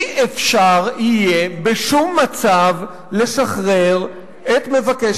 לא יהיה אפשר בשום מצב לשחרר את מבקש